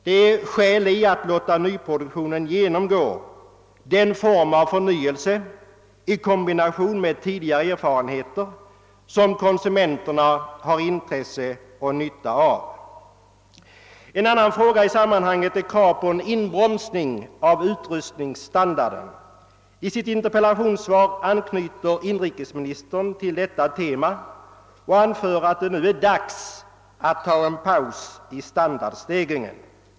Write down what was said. Det finns skäl att låta nyproduktionen genomgå den form av förnyelse i kombination med tidigare erfarenheter som konsumenterna har intresse och nytta av. En annan fråga i sammanhanget är kravet på en inbromsning av utrustningsstandarden. I sitt interpellationssvar anknyter inrikesministern till detta tema och anför att det nu är dags att ta en paus i standardstegringen.